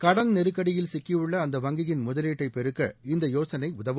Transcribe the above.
கடன் நெருக்கடியில் சிக்கியுள்ள அந்த வங்கியின் முதலீட்டைப் பெருக்க இந்த யோசனை உதவும்